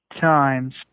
times